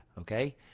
Okay